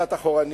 קצת אחורה,